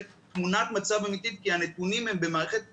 תמונת מצב אמיתית כי הנתונים הם במערכת נפרדת,